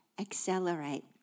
accelerate